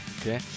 Okay